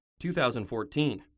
2014